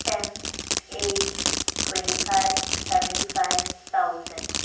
ten eight twenty five seventy five thousand